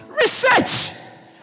Research